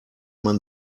man